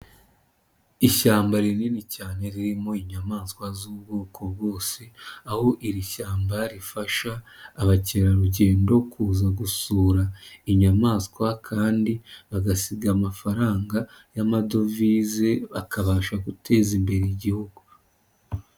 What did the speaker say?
Ishyamba rinini cyane ririmo inyamaswa z'ubwoko bwose aho iri shyamba rifasha abakerarugendo kuza gusura inyamaswa kandi bagasiga amafaranga y'amadovize bakabasha guteza imbere igihugu.